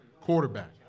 quarterback